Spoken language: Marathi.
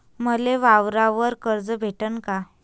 मले वावरावर कर्ज भेटन का?